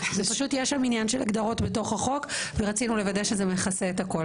פשוט יש שם עניין של הגדרות בתוך החוק ורצינו לוודא שזה מכסה את הכול.